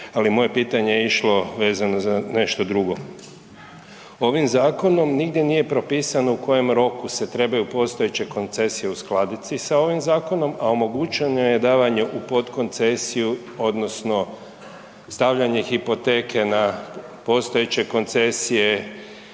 Ali moje pitanje je išlo vezano za nešto drugo. Ovim zakonom nigdje nije propisano u kojem roku se trebaju postojeće koncesije uskladiti sa ovim zakonom, a omogućeno je davanje u potkoncesiju odnosno stavljanje hipoteke na postojeće koncesije.